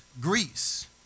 Greece